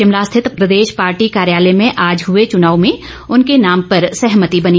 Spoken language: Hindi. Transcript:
शिमला स्थित प्रदेश पार्टी कार्यालय में आज हुए चुनाव में उनके नाम पर सहमति बनी